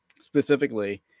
specifically